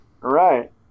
Right